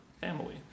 family